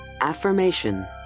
Affirmation